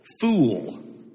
fool